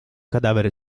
cadavere